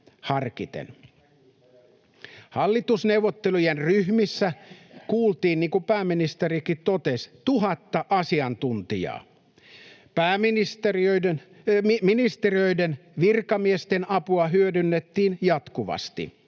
Hallitusneuvottelujen ryhmissä kuultiin, niin kuin pääministerikin totesi, tuhatta asiantuntijaa. Ministeriöiden virkamiesten apua hyödynnettiin jatkuvasti,